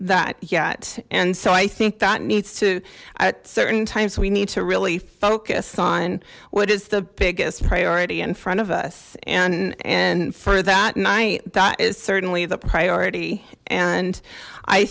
that yet and so i think that needs to at certain times we need to really focus on what is the biggest priority in front of us and and for that night that is certainly the priority and i